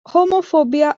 homophobia